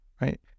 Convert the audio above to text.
Right